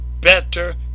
better